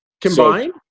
Combine